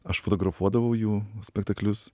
aš fotografuodavau jų spektaklius